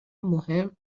مهم